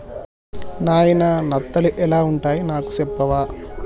నాయిన నత్తలు ఎలా వుంటాయి నాకు సెప్పవా